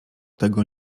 tego